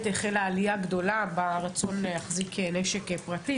החלה עלייה גדולה ברצון להחזיק נשק פרטי,